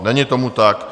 Není tomu tak.